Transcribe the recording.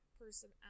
person